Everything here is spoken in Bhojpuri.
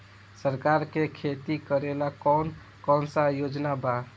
सरकार के खेती करेला कौन कौनसा योजना बा?